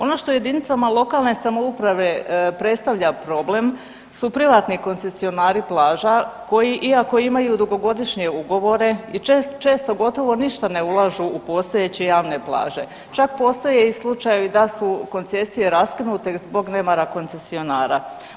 Ono što jedinicama lokalne samouprave predstavlja problem su privatni koncesionari plaža koji iako imaju dugogodišnje ugovore i često gotovo ništa ne ulažu u postojeće javne plaže, čak postoje i slučajevi da su koncesije raskinute zbog nemara koncesionara.